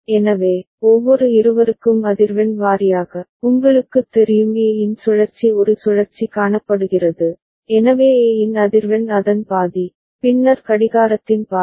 எனவே ஒவ்வொரு இருவருக்கும் அதிர்வெண் வாரியாக உங்களுக்குத் தெரியும் A இன் சுழற்சி ஒரு சுழற்சி காணப்படுகிறது எனவே A இன் அதிர்வெண் அதன் பாதி பின்னர் கடிகாரத்தின் பாதி